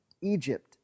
Egypt